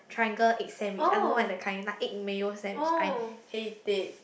triangle egg sandwich I don't like that kind like egg mayo sandwich I hate it